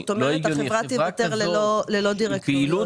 זאת אומרת, החברה תיוותר ללא דירקטוריון.